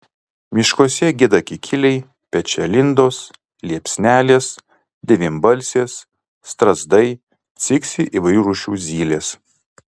miškuose gieda kikiliai pečialindos liepsnelės devynbalsės strazdai ciksi įvairių rūšių zylės